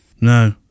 No